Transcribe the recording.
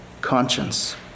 conscience